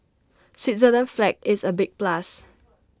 Switzerland's flag is A big plus